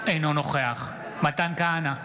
אינו נוכח מתן כהנא,